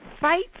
fight